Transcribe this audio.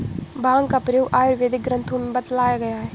भाँग का प्रयोग आयुर्वेदिक ग्रन्थों में बतलाया गया है